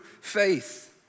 faith